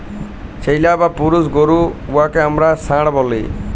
ছেইল্যা বা পুরুষ গরু উয়াকে আমরা ষাঁড় ব্যলি